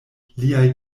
liaj